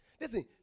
Listen